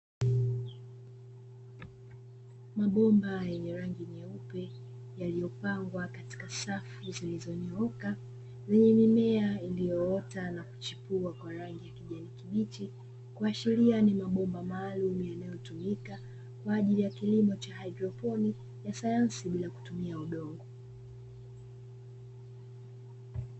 Mabomba yenye rangi myeupe yaliyopangwa katika safu zilizonyooka, zenye mimea iliyoota na kuchipua kwa rangi ya kijani kibichi, kuashiria ni mabomba maalumu yanayotumika kwa ajili ya kilimo cha haidroponi ya sayansi bila kutumia udongo.